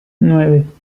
nueve